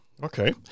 Okay